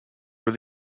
were